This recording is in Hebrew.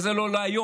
אבל זה לא להיום.